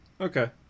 okay